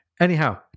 Anyhow